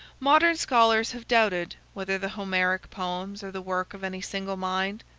modern scholars have doubted whether the homeric poems are the work of any single mind.